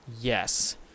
Yes